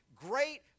great